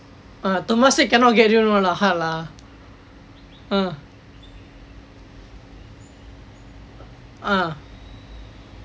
ah temasek cannot get in one lah hard lah ah ah